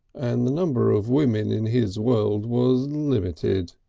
and the number of women in his world was limited.